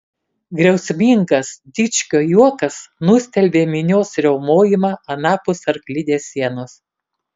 griausmingas dičkio juokas nustelbė minios riaumojimą anapus arklidės sienos